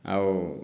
ଆଉ